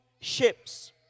ships